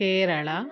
Kerala